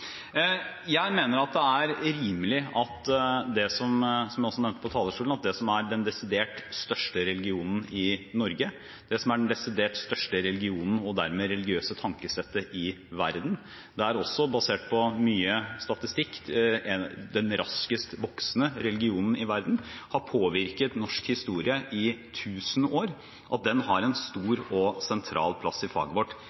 Jeg mener at det er rimelig, som jeg også nevnte på talerstolen, at det som er den desidert største religionen i Norge, det som er den desidert største religionen og dermed religiøse tankesettet i verden, og også, basert på mye statistikk, den raskest voksende religionen i verden – og har påvirket norsk historie i 1 000 år – har en stor og sentral plass i faget vårt,